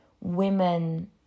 women